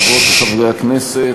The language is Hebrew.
תודה רבה, חברות וחברי הכנסת,